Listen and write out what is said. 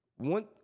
One